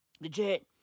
Legit